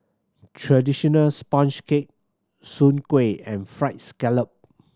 traditional sponge cake Soon Kueh and Fried Scallop